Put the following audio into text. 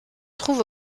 trouve